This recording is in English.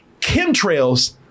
chemtrails